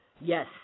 Yes